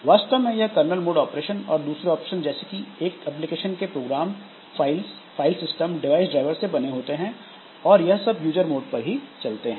और वास्तव में यह कर्नल मोड ऑपरेशन और दूसरे ऑपरेशन जैसे कि एप्लीकेशन के program file system device driver से बने होते हैं और यह सब यूजर मोड पर ही चलते हैं